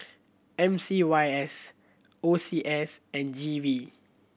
M C Y S O C S and G V